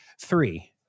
three